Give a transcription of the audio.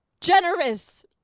generous